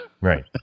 Right